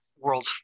world